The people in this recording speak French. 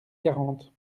quarante